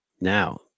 Now